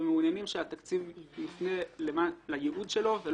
ומעוניינים שהתקציב יופנה לייעוד שלו.